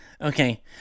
Okay